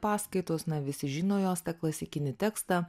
paskaitos na visi žino jos tą klasikinį tekstą